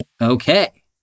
Okay